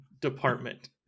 department